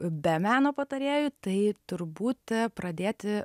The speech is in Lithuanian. be meno patarėjų tai turbūt pradėti